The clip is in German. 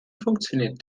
funktioniert